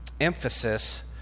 emphasis